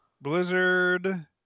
Blizzard